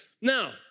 Now